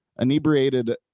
inebriated